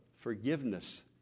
forgiveness